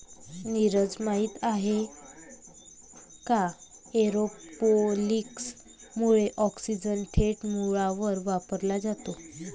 नीरज, माहित आहे का एरोपोनिक्स मुळे ऑक्सिजन थेट मुळांवर वापरला जातो